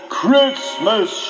Christmas